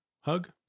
hug